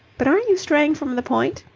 but aren't you straying from the point?